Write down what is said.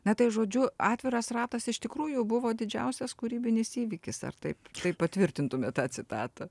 na tai žodžiu atviras ratas iš tikrųjų buvo didžiausias kūrybinis įvykis ar taip tai patvirtintumėt tą citatą